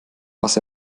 was